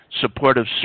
supportive